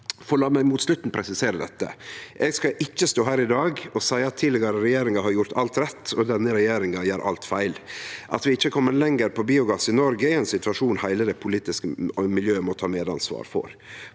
La meg mot slutten presisere dette: Eg skal ikkje stå her i dag og seie at tidlegare regjeringar har gjort alt rett, og at denne regjeringa gjer alt feil. At vi ikkje er komne lenger på biogass i Noreg, er ein situasjon heile det politiske miljøet må ta medansvar for.